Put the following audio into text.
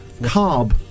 Carb